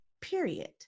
Period